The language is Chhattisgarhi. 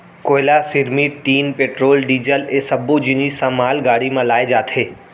कोयला, सिरमिट, टीन, पेट्रोल, डीजल ए सब्बो जिनिस ह मालगाड़ी म लाए जाथे